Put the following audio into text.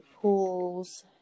pools